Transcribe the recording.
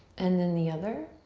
and then the other.